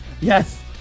Yes